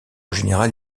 général